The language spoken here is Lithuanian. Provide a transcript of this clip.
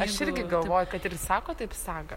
aš irgi galvoju kad ir sako taip saga